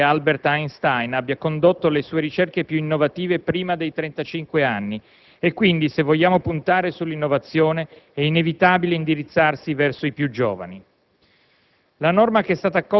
non è un segreto che anche Albert Einstein abbia condotto le sue ricerche più innovative prima dei trentacinque anni e quindi, se vogliamo puntare sull'innovazione, è inevitabile indirizzarsi verso i più giovani.